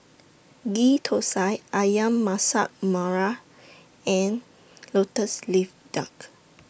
Ghee Thosai Ayam Masak Merah and Lotus Leaf Duck